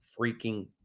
freaking